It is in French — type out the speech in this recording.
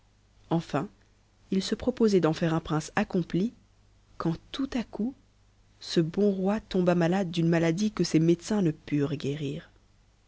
enfin il se proposait d'en faire un prince accompli quahd tout à coup ce bon roi tomba malade d'une maladie que ses médecins ne purent guérir